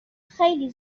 خیلی